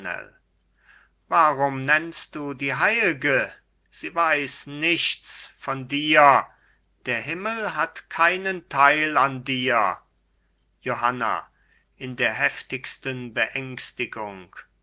warum nennst du die heilge sie weiß nichts von dir der himmel hat keinen teil an dir johanna in der heftigsten beängstigung